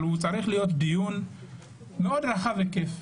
אבל הוא צריך להיות דיון מאוד רחב היקף,